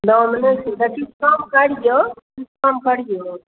दाम नहि छै तऽ किछु कम करियो किछु कम करियो